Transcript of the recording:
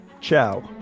Ciao